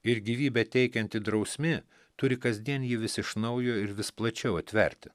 ir gyvybę teikianti drausmė turi kasdien jį vis iš naujo ir vis plačiau atverti